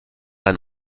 ein